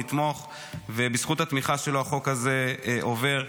נתמוך ובזכות התמיכה שלו החוק הזה עובר,